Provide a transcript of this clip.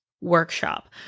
workshop